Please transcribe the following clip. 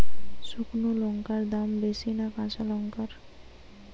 শুক্নো লঙ্কার দাম বেশি না কাঁচা লঙ্কার?